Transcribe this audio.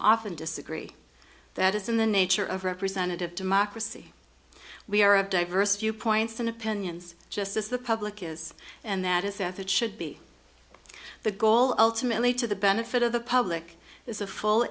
often disagree that is in the nature of representative democracy we are a diverse viewpoints and opinions just as the public is and that is that it should be the goal ultimately to the benefit of the public is a full